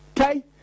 Okay